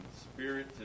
spirit